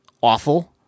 awful